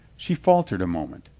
she faltered a moment.